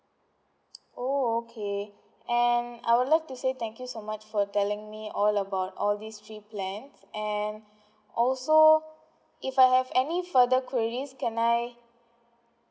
oh okay and I would like to say thank you so much for telling me all about all these three plans and also if I have any further queries can I